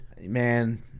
man